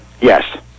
Yes